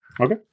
Okay